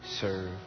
serve